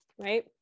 right